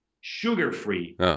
sugar-free